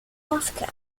moscow